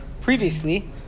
Previously